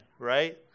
right